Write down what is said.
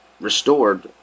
restored